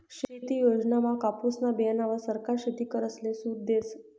शेती योजनामा कापुसना बीयाणावर सरकार शेतकरीसले सूट देस